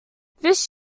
fish